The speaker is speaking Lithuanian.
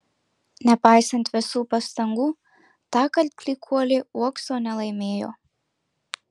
nepaisant visų pastangų tąkart klykuolė uokso nelaimėjo